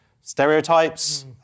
stereotypes